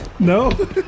No